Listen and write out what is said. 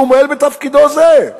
והוא מועל בתפקידו זה,